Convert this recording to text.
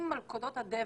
אם מלכודות הדבק,